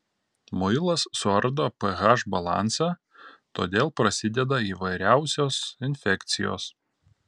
muilas suardo ph balansą todėl prasideda įvairiausios infekcijos